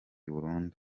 burundu